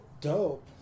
Dope